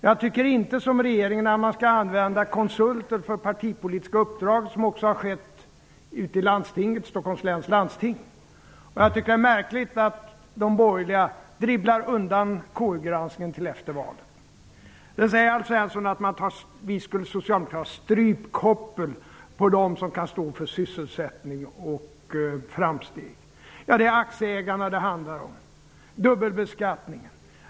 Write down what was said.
Jag tycker inte, som regeringen, att man skall använda konsulter för partipolitiska uppdrag, som har skett i Stockholms läns landsting. Jag tycker att det är märkligt att de borgerliga dribblar undan KU-granskningen till efter valet. Vidare säger Alf Svensson att vi socialdemokrater sätter strypkoppel på dem som kan stå för sysselsättning och framsteg. Ja, det handlar om aktieägarna och dubbelbeskattningen.